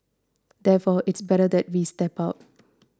therefore it's better that we step out